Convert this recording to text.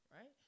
Right